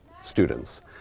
students